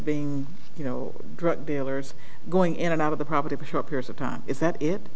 being you know drug dealers going in and out of the property for short periods of time is that it